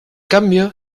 cambio